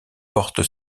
portent